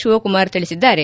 ಶಿವಕುಮಾರ್ ತಿಳಿಸಿದ್ದಾರೆ